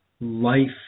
life